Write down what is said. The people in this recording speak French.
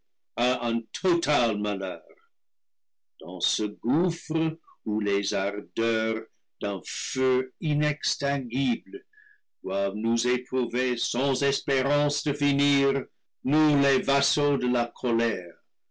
total malheur dans ce gouffre où les ardeurs d'un feu inextinguible doivent nous éprouver sans espérance de finir nous les vas saux de la colère